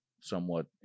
somewhat